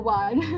one